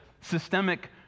systemic